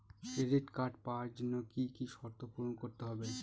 Credit card পাওয়ার জন্য কি কি শর্ত পূরণ করতে হবে?